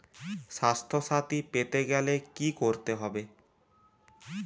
স্বাস্থসাথী পেতে গেলে কি করতে হবে?